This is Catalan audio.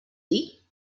dir